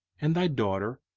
and thy daughter,